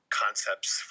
concepts